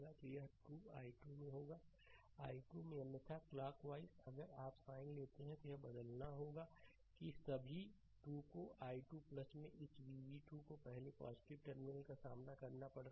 तो यह 2 i2 में 2 होगा i2 में अन्यथा क्लॉकवॉइस अगर आप साइन लेते हैं तो यह बदलना होगा कि सभी 2 को i2 में इस v v2 में पहले टर्मिनल का सामना करना पड़ रहा है